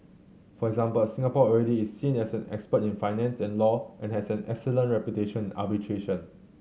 for example Singapore already is seen as an expert in finance and law and has an excellent reputation arbitration